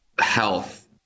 health